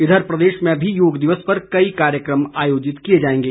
इधर प्रदेश में भी योग दिवस पर कई कार्यक्रम आयोजित किए जाएंगे